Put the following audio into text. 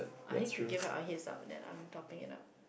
I need to give up a hand up and then I'm talking enough